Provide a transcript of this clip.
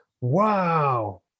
Wow